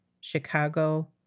Chicago